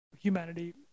humanity